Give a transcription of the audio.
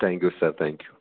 thank you sir thank you